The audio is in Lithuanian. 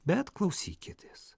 bet klausykitės